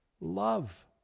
love